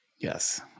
Yes